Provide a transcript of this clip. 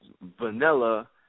vanilla